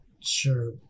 Sure